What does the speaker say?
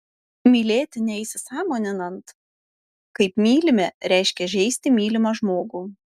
mylėti neįsisąmoninant kaip mylime reiškia žeisti mylimą žmogų